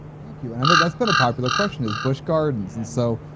thank you and i know that's been a popular question is busch gardens. and so,